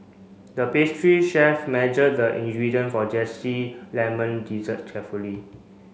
the pastry chef measured the ingredient for zesty lemon dessert carefully